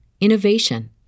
innovation